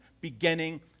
beginning